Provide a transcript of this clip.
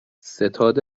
ستاد